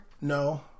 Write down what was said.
No